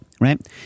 right